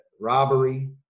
robbery